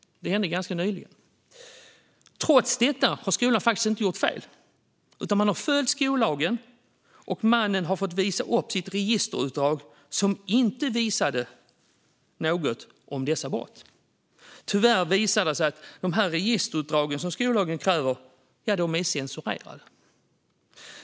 Det hände ganska nyligen. Trots detta har skolan inte gjort fel, utan man har följt skollagen, och mannen har fått visa upp sitt registerutdrag som inte visade något om dessa brott. Tyvärr visar det sig att de registerutdrag som skollagen kräver är censurerade.